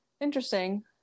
interesting